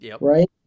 right